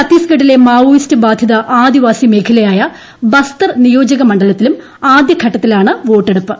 ഛത്തീസ്ഗഡിലെ മാവോയിസ്റ്റ് ബാധിത ആദിവാസി മേഖലയായ ബസ്തർ നിയോജക മണ്ഡലത്തിലും ആദ്യഘട്ടത്തിലാണ് വോട്ടെടുപ്പ്